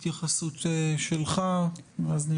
התייחסות שלך.